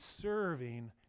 serving